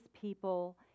people